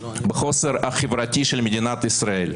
בחוסן החברתי של מדינת ישראל.